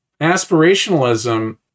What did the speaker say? aspirationalism